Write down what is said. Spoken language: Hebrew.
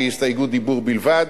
שהיא הסתייגות דיבור בלבד,